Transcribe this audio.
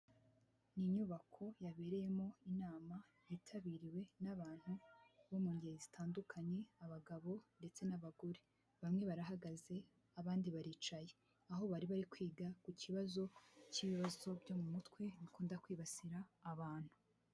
Ni inyubako yabereyemo inama yitabiriwe n'abantu bo mu ngeri zitandukanye, abagabo ndetse n'abagore, bamwe barahagaze, abandi baricaye, aho bari bari kwiga ku kibazo cy'ibibazo byo mu mutwe bikunda kwibasira abantu.